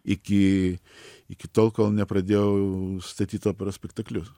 iki iki tol kol nepradėjau statyt operos spektaklius